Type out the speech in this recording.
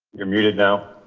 you're muted now.